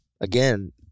again